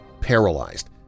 paralyzed